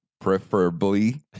preferably